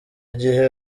gihe